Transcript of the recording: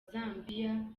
zambiya